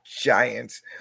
giants